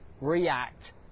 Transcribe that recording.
react